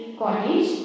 cottage